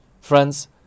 Friends